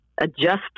adjust